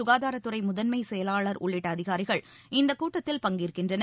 சுகாதாரத்துறை முதன்மைச் செயலாளர் உள்ளிட்ட அதிகாரிகள் இந்தக் கூட்டத்தில் பங்கேற்கின்றனர்